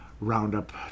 Roundup